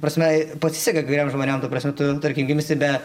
prasme pasiseka kai kuriem žmonėm ta prasme tu tarkim gimsi be